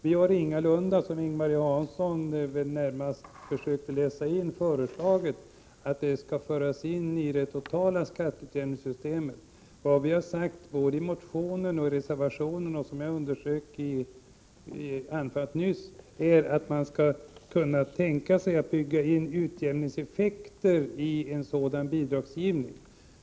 Vi har ingalunda, som Ing-Marie Hansson försökte antyda, föreslagit att kulturstödet skall föras in i det kommunala skatteutjämningssystemet. Vad vi har sagt både i motionen och i reservationen, och som jag underströk i anförandet nyss, är att vi kan tänka oss att bygga in utjämningseffekter i statsbidragssystemet.